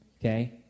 Okay